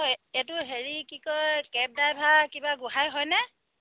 অ এইটো হেৰি কি কয় কেব ড্ৰাইভাৰ কিবা গোঁহাই হয়নে